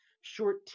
short